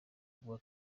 avuga